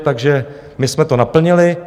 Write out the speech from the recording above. Takže my jsme to naplnili.